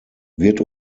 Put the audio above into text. wird